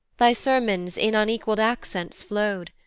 thy sermons in unequall'd accents flow'd,